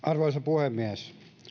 arvoisa puhemies